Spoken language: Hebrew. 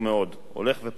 הולך ופוחת,